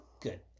good